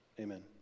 Amen